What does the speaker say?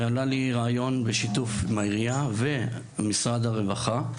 ועלה לי רעיון בשיתוף עם העירייה ועם משרד הרווחה.